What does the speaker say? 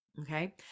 okay